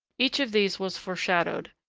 each of these was foreshadowed,